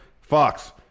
Fox